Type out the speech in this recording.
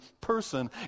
person